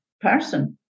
person